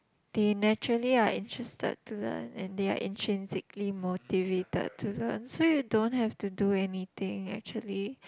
they naturally are interested to learn and they are intrinsically motivated to learn so you don't have to do anything actually